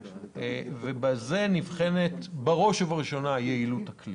ובזה נבחנת בראש ובראשונה יעילות הכלי